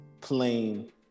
plain